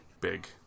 big